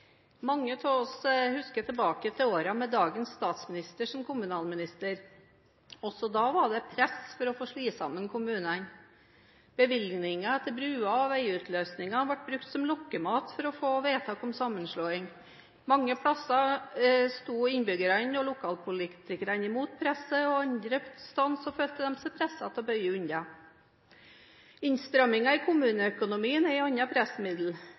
Mange av oss husker tilbake til årene med dagens statsminister som kommunalminister. Også da var det press for å få slått sammen kommunene. Bevilgninger til bruer og veiløsninger ble brukt som lokkemat for å få vedtak om sammenslåing. Mange plasser sto innbyggerne og lokalpolitikerne imot presset, og andre steder følte de seg presset til å bøye unna. Innstrammingen i kommuneøkonomien er et annet pressmiddel.